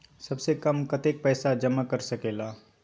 सबसे कम कतेक पैसा जमा कर सकेल?